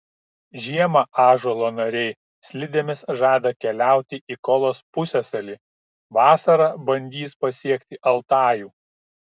žiemą ąžuolo nariai slidėmis žada keliauti į kolos pusiasalį vasarą bandys pasiekti altajų